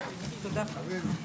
הישיבה נעולה.